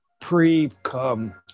Pre-come